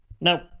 No